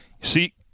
See